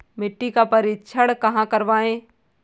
मिट्टी का परीक्षण कहाँ करवाएँ?